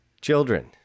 children